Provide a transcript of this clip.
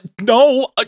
no